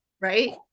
right